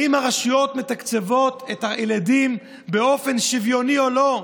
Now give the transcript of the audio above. האם הרשויות מתקצבות את הילדים באופן שוויוני או לא?